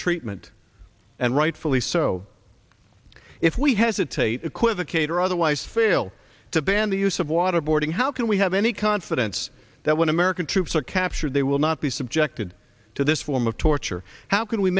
treatment and rightfully so if we hesitate equivocate or otherwise fail to ban the use of waterboarding how can we have any confidence that when american troops are captured they will not be subjected to this form of torture how can we